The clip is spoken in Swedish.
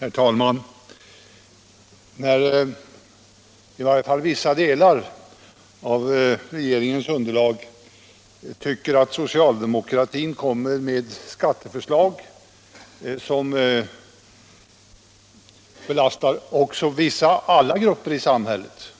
Herr talman! När vissa representanter för de partier som ingår i regeringen tycker att socialdemokraterna lägger fram skatteförslag som belastar alla grupper i samhället